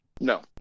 No